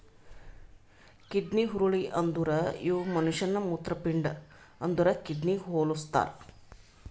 kidney ಹುರುಳಿ ಅಂದುರ್ ಇವು ಮನುಷ್ಯನ ಮೂತ್ರಪಿಂಡ ಅಂದುರ್ ಕಿಡ್ನಿಗ್ ಹೊಲುಸ್ತಾರ್